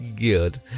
good